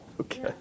Okay